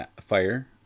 Fire